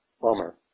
bummer